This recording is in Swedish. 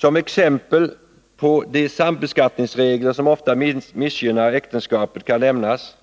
Som exempel på de sambeskattningsregler som ofta missgynnar äktenskapet kan nämnas: